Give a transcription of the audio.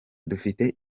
dufite